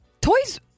toys